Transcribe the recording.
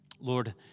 Lord